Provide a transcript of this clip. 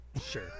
Sure